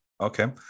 Okay